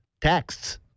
texts